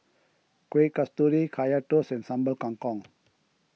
Kueh Kasturi Kaya Toast and Sambal Kangkong